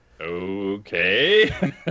okay